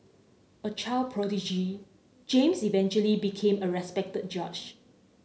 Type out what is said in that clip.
a child prodigy James eventually became a respected judge